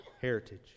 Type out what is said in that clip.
heritage